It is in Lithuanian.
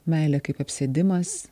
meilė kaip apsėdimas